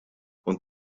und